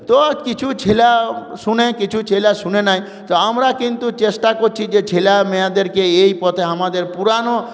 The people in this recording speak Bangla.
তো কিছু ছেলে শোনে কিছু ছেলে শোনে না তো আমরা কিন্তু চেষ্টা করছি যে ছেলেমেয়াদেরকে এই পথে আমাদের পুরনো